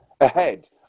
ahead